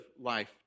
life